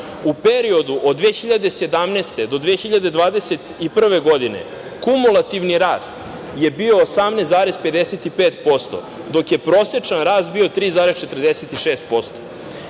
u periodu od 2017. do 2021. godine kumulativni rast je bio 18,55%, dok je prosečan rast bio 3,46%.